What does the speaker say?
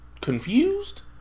confused